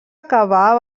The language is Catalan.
acabar